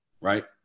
Right